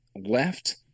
left